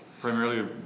primarily